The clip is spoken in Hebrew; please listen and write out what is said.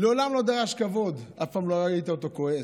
מעולם לא דרש כבוד, אף פעם לא ראית אותו כועס.